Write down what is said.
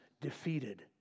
defeated